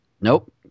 nope